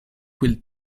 will